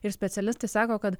ir specialistai sako kad